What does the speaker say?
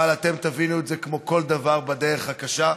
אבל אתם תבינו את זה, כמו כל דבר, בדרך הקשה.